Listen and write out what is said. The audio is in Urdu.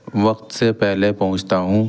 وقت سے پہلے پہنچتا ہوں